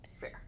Fair